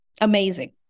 amazing